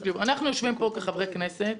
ולכן אנחנו יושבים פה חברי כנסת,